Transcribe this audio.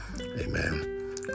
Amen